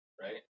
right